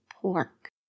pork